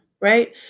right